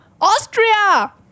Austria